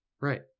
Right